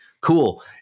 cool